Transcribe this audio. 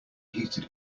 heated